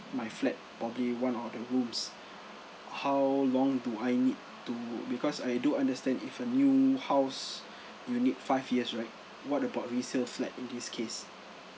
my flat probably one of the rooms how long do I need to because I do understand if a new house you need five years right what about resale flat in this case